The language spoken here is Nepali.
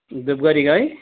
धुपगढीको है